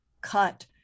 cut